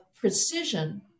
precision